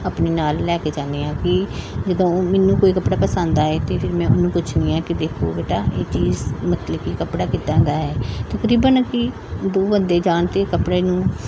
ਆਪਣੇ ਨਾਲ ਲੈ ਕੇ ਜਾਂਦੀ ਹਾਂ ਕਿ ਜਦੋਂ ਉਹ ਮੈਨੂੰ ਕੋਈ ਕੱਪੜਾ ਪਸੰਦ ਆਏ ਅਤੇ ਫਿਰ ਮੈਂ ਉਹਨੂੰ ਪੁੱਛਦੀ ਹਾਂ ਕਿ ਦੇਖੋ ਬੇਟਾ ਇਹ ਚੀਜ਼ ਮਤਲਬ ਕਿ ਕੱਪੜਾ ਕਿੱਦਾਂ ਦਾ ਹੈ ਤਕਰੀਬਨ ਕਿ ਦੋ ਬੰਦੇ ਜਾਣ 'ਤੇ ਕੱਪੜੇ ਨੂੰ